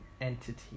entity